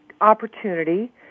opportunity